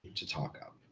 to talk up,